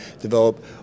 develop